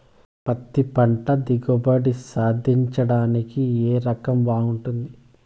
పత్తి పంట దిగుబడి సాధించడానికి ఏ రకం బాగుంటుంది?